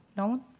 nolan?